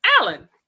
Alan